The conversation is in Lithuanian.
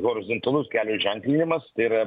horizontalus kelio ženklinimas tai yra